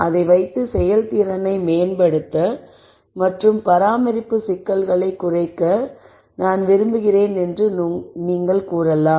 அதை வைத்து செயல்திறனை மேம்படுத்த மற்றும் பராமரிப்பு சிக்கல்களை குறைக்க நான் விரும்புகிறேன் என்று நீங்கள் கூறலாம்